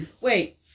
Wait